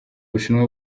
bushinwa